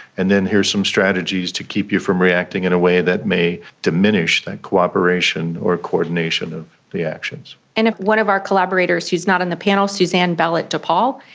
and then here are some strategies to keep you from reacting in a way that may diminish that cooperation or coordination of reactions. and one of our collaborators who is not on the panel, suzanne bell at depaul,